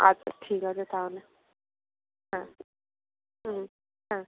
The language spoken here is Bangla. আচ্ছা ঠিক আছে তাহলে হ্যাঁ হুম হ্যাঁ